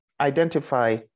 identify